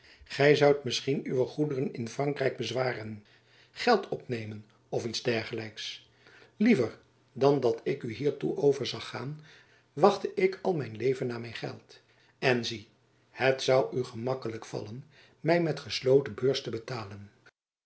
gy zoudt misschien uwe goederen in frankrijk bezwaren geld opnemen of iets dergelijks liever dan dat ik u hiertoe over zag gaan wachtte ik al mijn leven naar mijn geld en zie het zoû u gemakkelijk vallen my met gesloten beurs te betalen